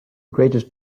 greatest